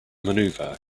maneuver